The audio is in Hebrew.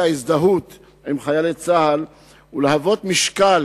הזדהות עם חיילי צה"ל ולהוות משקל